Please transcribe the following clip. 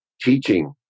teaching